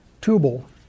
Tubal